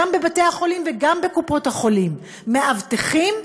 גם בבתי-החולים וגם בקופות-החולים, מאבטחים.